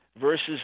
versus